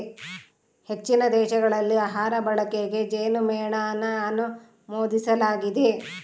ಹೆಚ್ಚಿನ ದೇಶಗಳಲ್ಲಿ ಆಹಾರ ಬಳಕೆಗೆ ಜೇನುಮೇಣನ ಅನುಮೋದಿಸಲಾಗಿದೆ